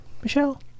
Michelle